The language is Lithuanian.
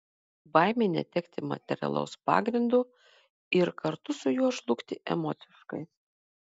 baimė netekti materialaus pagrindo ir kartu su juo žlugti emociškai